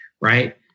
right